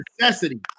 necessity